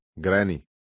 Granny